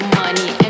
money